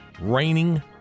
Raining